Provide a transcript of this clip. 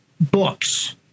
books